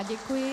Děkuji.